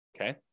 okay